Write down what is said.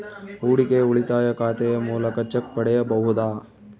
ಹೂಡಿಕೆಯ ಉಳಿತಾಯ ಖಾತೆಯ ಮೂಲಕ ಚೆಕ್ ಪಡೆಯಬಹುದಾ?